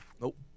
Nope